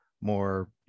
more